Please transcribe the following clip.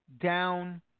down